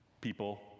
people